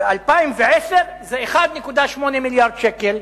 ב-2010 זה 1.8 מיליארד שקל.